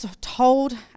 told